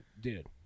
Dude